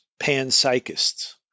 panpsychists